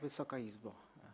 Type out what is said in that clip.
Wysoka Izbo!